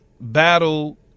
battle